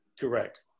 Correct